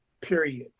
period